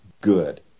good